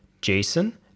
Jason